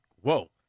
whoa